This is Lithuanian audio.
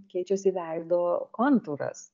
keičiasi veido kontūras